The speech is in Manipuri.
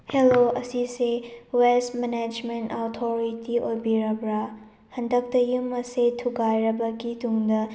ꯍꯦꯜꯂꯣ ꯑꯁꯤꯁꯦ ꯋꯦꯁ ꯃꯦꯅꯦꯖꯃꯦꯟ ꯑꯣꯊꯣꯔꯤꯇꯤ ꯑꯣꯏꯕꯤꯔꯕ꯭ꯔ ꯍꯟꯗꯛꯇ ꯌꯨꯝ ꯑꯁꯦ ꯊꯨꯒꯥꯏꯔꯕꯒꯤ ꯇꯨꯡꯗ